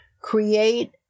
create